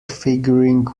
figuring